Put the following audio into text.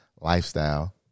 lifestyle